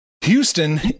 Houston